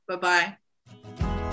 Bye-bye